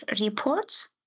reports